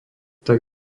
tak